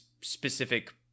specific